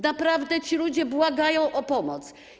Naprawdę ci ludzie błagają o pomoc.